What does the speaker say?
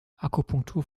akupunktur